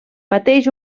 pateix